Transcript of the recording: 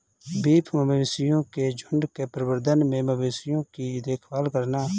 beef मवेशियों के झुंड के प्रबंधन में मवेशियों की देखभाल करना